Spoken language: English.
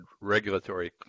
regulatory